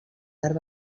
tard